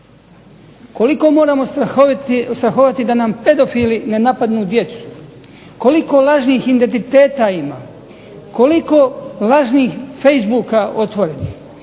koliko moramo strahovati da nam pedofili ne napadnu djecu, koliko lažnih identiteta ima, koliko lažnih facebooka otvorenih,